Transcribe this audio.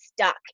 stuck